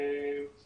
לפני 13:00. רגע,